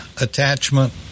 attachment